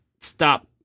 stop